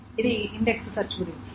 ఇది index search గురించి